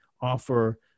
offer